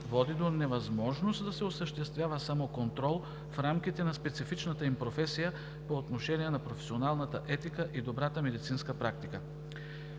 води до невъзможност да се осъществява самоконтрол в рамките на специфичната им професия по отношение на професионалната етика и добрата медицинска практика.